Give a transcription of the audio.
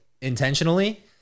intentionally